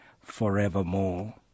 forevermore